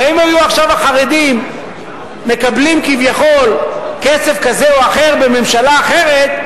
הרי אם עכשיו היו החרדים מקבלים כביכול כסף כזה או אחר בממשלה אחרת,